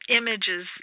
images